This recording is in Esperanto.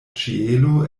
ĉielo